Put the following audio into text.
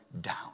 down